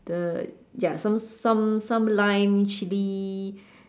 the ya some some some lime chilli